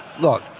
Look